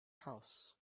house